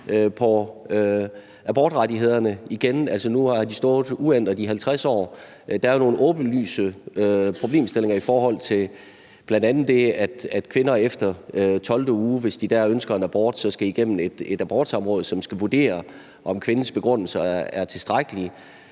på abortrettighederne igen. Altså, nu har de stået uændret i 50 år. Der er nogle åbenlyse problemstillinger, bl.a. i forhold til at hvis kvinder efter 12. uge ønsker en abort, så skal de igennem et abortsamråd, som skal vurdere, om kvindens begrundelse er tilstrækkelig.